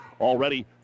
already